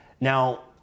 Now